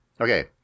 Okay